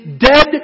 dead